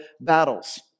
battles